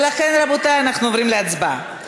ולכן, רבותי, אנחנו עוברים להצבעה.